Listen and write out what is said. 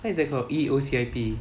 what is that called E_O_C_I_P